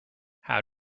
how